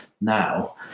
now